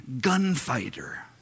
gunfighter